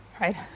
right